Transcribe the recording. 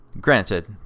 granted